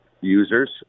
users